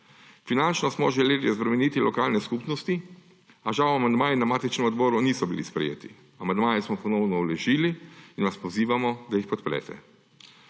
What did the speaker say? Finančno smo želeli razbremeniti lokalne skupnosti, a žal amandmaji na matičnem odboru niso bili sprejeti. Amandmaje smo ponovno vložili in vas pozivamo, da jih podprete.